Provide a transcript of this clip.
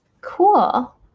Cool